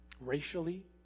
Racially